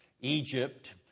Egypt